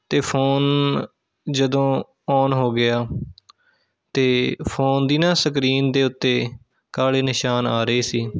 ਅਤੇ ਫ਼ੋਨ ਜਦੋਂ ਔਨ ਹੋ ਗਿਆ ਅਤੇ ਫ਼ੋਨ ਦੀ ਨਾ ਸਕਰੀਨ ਦੇ ਉੱਤੇ ਕਾਲੇ ਨਿਸ਼ਾਨ ਆ ਰਹੇ ਸੀ